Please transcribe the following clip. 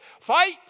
fight